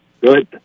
good